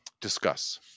Discuss